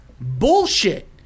Bullshit